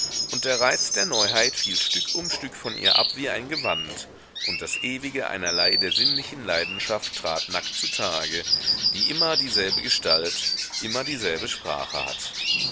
und der reiz der neuheit fiel stück um stück von ihr ab wie ein gewand und das ewige einerlei der sinnlichen leidenschaft trat nackt zutage die immer dieselbe gestalt immer dieselbe sprache hat